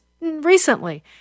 recently